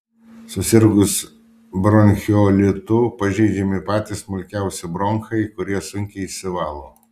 susirgus bronchiolitu pažeidžiami patys smulkiausi bronchai kurie sunkiai išsivalo